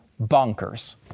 bonkers